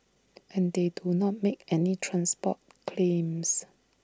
and they do not make any transport claims